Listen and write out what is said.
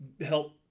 help